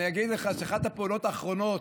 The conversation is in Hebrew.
אגיד לך שאחת הפעולות האחרונות,